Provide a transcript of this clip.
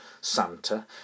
Santa